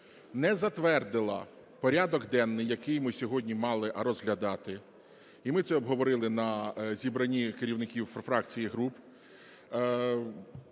не затвердила порядок денний, який ми сьогодні мали розглядати, і ми це обговорили на зібранні керівників фракцій і груп,